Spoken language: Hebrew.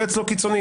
יהיה אצלו קיצוני.